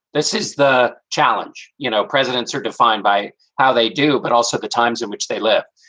this is the challenge you know, presidents are defined by how they do, but also the times in which they live.